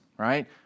right